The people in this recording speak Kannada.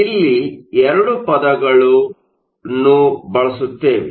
ಇಲ್ಲಿ ಎರಡು ಪದಗಳನ್ನು ಬಳಸುತ್ತೇವೆ